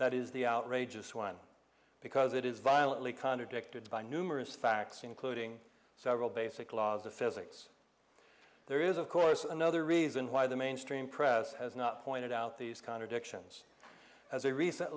that is the outrageous one because it is violently contradicted by numerous facts including several basic laws of physics there is of course another reason why the mainstream press has not pointed out these contradictions as a recent